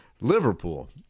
Liverpool